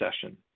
session